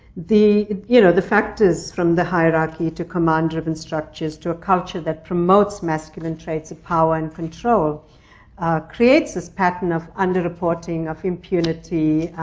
the you know the factors from the hierarchy to command-driven structures to a culture that promotes masculine traits of power and control creates this pattern of underreporting, of impunity,